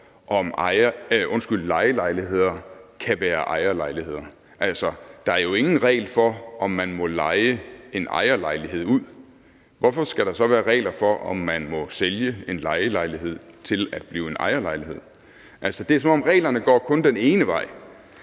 om lejelejligheder kan være ejerlejligheder? Der er jo ingen regler for, om man må leje en ejerlejlighed ud. Hvorfor skal der så være regler for, om man må sælge en lejelejlighed til at blive en ejerlejlighed? Det er, som om reglerne kun går den ene vej.